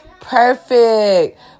perfect